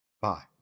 Bye